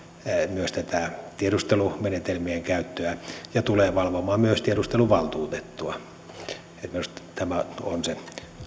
myös tiedustelumenetelmien käyttöä ja tulee valvomaan myös tiedusteluvaltuutettua minusta tämä on se